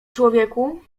człowieku